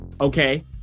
Okay